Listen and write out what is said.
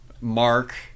Mark